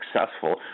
successful